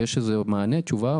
יש איזה מענה או תשובה?